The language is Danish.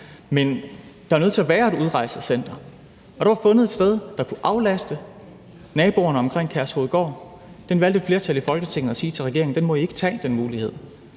Men der er nødt til at være et udrejsecenter, og der var fundet et sted, der kunne aflaste naboerne omkring Kærshovedgård. Der valgte et flertal i Folketinget at sige til regeringen: Den mulighed